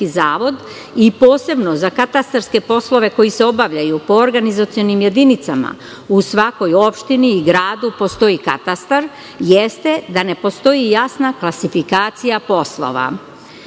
i posebno za katastarske poslove koji se obavljaju po organizacionim jedinicama, u svakoj opštini i gradu postoji katastar, jeste da ne postoji jasna klasifikacija poslova.